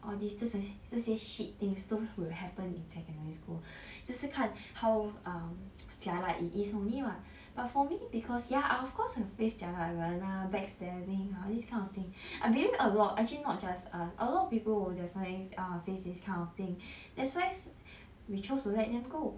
orh this 这什 eh 这些 shit things 都是 will happen in secondary school 只是看 how um jialat it is only what but for me because ya I of course 很 face jialat 的人 ah backstabbing all this kind of thing I believe a lot actually not just us a lot of people will definitely err face this kind of thing that's why we chose to let them go